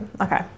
Okay